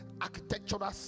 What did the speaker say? architectural